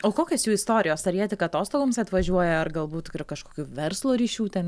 o kokios jų istorijos ar jie tik atostogoms atvažiuoja ar galbūt ir kažkokių verslo ryšių ten